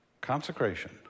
Consecration